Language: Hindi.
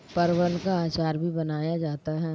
परवल का अचार भी बनाया जाता है